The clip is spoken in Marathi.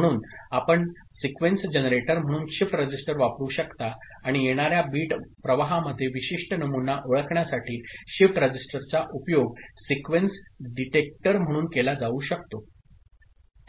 म्हणून आपण सीक्वेन्स जनरेटर म्हणून शिफ्ट रजिस्टर वापरू शकता आणि येणाऱ्या बिट प्रवाहामध्ये विशिष्ट नमुना ओळखण्यासाठी शिफ्ट रजिस्टरचा उपयोग सीक्वेन्स डिटेक्टर म्हणून केला जाऊ शकतो